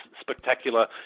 spectacular